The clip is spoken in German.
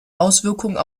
auswirkungen